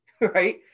right